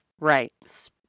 Right